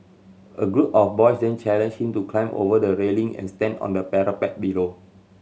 a group of boys then challenged him to climb over the railing and stand on the parapet below